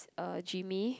uh Jimmy